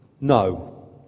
no